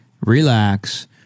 relax